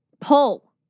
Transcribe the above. pull